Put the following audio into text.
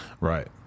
Right